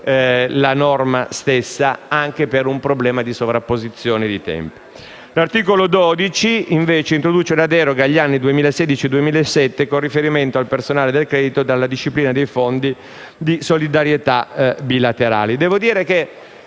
la norma stessa anche per un problema di sovrapposizione di tempi. L'articolo 12 invece introduce una deroga, per gli anni 2016-2017 con riferimento al personale del credito, della disciplina dei fondi di solidarietà bilaterale.